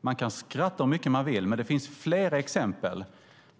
Man kan skratta hur mycket man vill åt detta, men det finns flera exempel